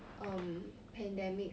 um pandemic